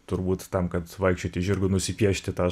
turbūt tam kad vaikščioti žirgu nusipiešti tą